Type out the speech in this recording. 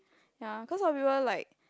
ya cause a lot of people like